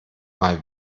mal